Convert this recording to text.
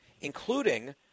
including